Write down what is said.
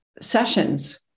sessions